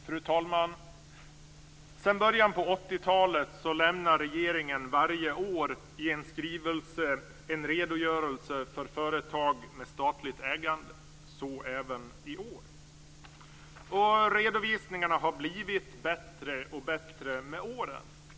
Fru talman! Sedan början på 80-talet lämnar regeringen varje år i en skrivelse en redogörelse för företag med statligt ägande, och så även i år. Redovisningarna har blivit allt bättre med åren.